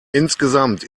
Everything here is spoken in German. insgesamt